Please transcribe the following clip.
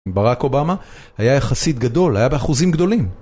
ברק אובמה היה יחסית גדול, היה באחוזים גדולים.